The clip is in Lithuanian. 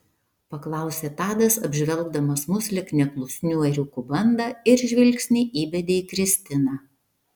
paklausė tadas apžvelgdamas mus lyg neklusnių ėriukų bandą ir žvilgsnį įbedė į kristiną